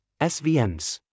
SVMs